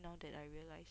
now that I realise